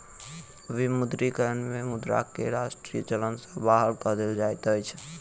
विमुद्रीकरण में मुद्रा के राष्ट्रीय चलन सॅ बाहर कय देल जाइत अछि